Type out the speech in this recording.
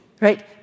right